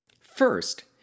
First